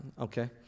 Okay